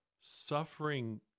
suffering